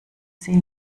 sie